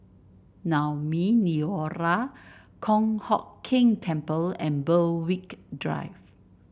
Naumi Liora Kong Hock Keng Temple and Berwick Drive